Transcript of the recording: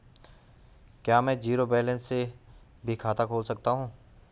क्या में zero balance से भी खाता खोल सकता हूँ?